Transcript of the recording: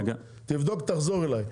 תבדוק ותחזור אלי.